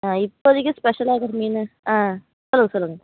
ஆ இப்போதைக்கு ஸ்பெஷலாக மீன் ஆ சொல்லுங்கள் சொல்லுங்கள்